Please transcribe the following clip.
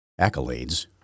accolades